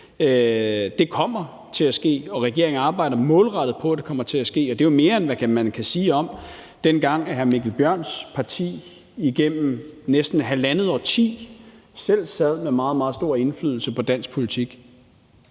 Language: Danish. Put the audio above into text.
Det kommer til at ske, og regeringen arbejder målrettet på, at det kommer til at ske. Det er jo mere, end hvad man sige om det, der blev gjort, dengang hr. Mikkel Bjørns parti igennem næsten halvandet årti selv sad med meget, meget stor indflydelse på dansk politik.